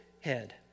head